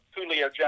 Julio